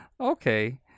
Okay